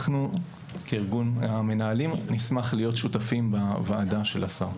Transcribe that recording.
אנחנו כארגון המנהלים נשמח להיות שותפים בוועדה של השר.